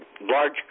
large